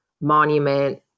monument